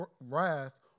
wrath